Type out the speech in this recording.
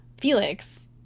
Felix